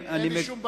אין לי שום בעיה,